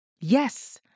yes